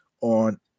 on